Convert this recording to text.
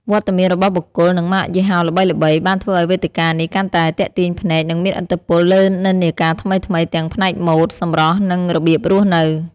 វត្តមានរបស់បុគ្គល និងម៉ាកយីហោល្បីៗ បានធ្វើឱ្យវេទិកានេះកាន់តែទាក់ទាញភ្នែក និងមានឥទ្ធិពលលើនិន្នាការថ្មីៗ ទាំងផ្នែកម៉ូដ សម្រស់ និងរបៀបរស់នៅ។